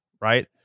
right